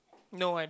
no I don't